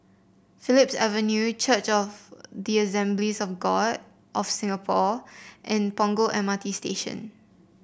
Phillips Avenue Church of the Assemblies of God of Singapore and Punggol M R T Station